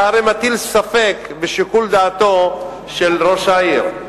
אתה הרי מטיל ספק בשיקול דעתו של ראש העיר.